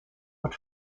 but